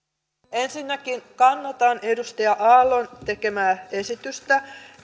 ensinnäkin kannatan edustaja aallon tekemää esitystä